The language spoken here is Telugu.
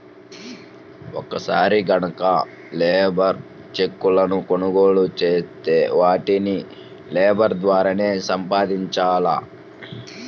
ఒక్కసారి గనక లేబర్ చెక్కులను కొనుగోలు చేత్తే వాటిని లేబర్ ద్వారానే సంపాదించాల